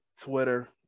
Twitter